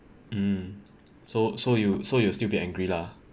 mm so so you so you'll still be angry lah